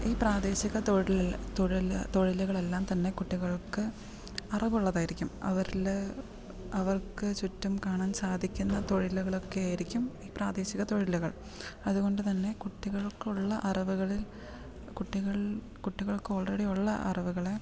ഈ പ്രാദേശിക തൊഴിലിൽ തൊഴിൽ തൊഴിലുകൾ എല്ലാം തന്നെ കുട്ടികൾക്ക് അറിവുള്ളത് ആയിരിക്കും അവരിൽ അവർക്ക് ചുറ്റും കാണാൻ സാധിക്കുന്ന തൊഴിലുകളൊക്കെ ആയിരിക്കും ഈ പ്രാദേശിക തൊഴിലുകൾ അതുകൊണ്ട് തന്നെ കുട്ടികൾക്കുള്ള അറിവുകളിൽ കുട്ടികൾ കുട്ടികൾക്കോൾറെഡി ഉള്ള അറിവുകളെ